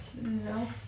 No